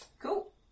Cool